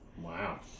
Wow